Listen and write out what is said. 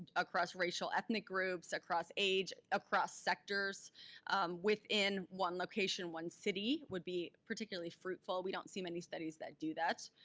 across racial ethnic groups, across age, across sectors within one location, one city would be particularly fruitful. we don't see many studies that do that.